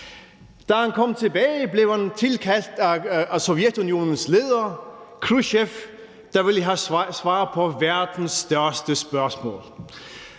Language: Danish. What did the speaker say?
Da han kom tilbage, blev han tilkaldt af Sovjetunionens leder, Khrusjtjov, der ville have svar på verdens største spørgsmål: